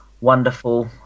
wonderful